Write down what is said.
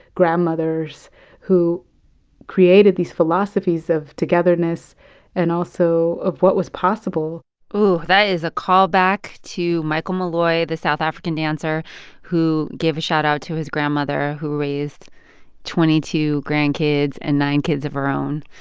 grandmothers who created these philosophies of togetherness and also of what was possible ooh. that is a callback to michael moloi, the south african dancer who gave a shoutout to his grandmother who raised twenty two grandkids and nine kids of her own